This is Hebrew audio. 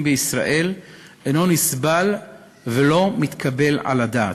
בישראל אינו נסבל ואינו מתקבל על הדעת,